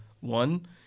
one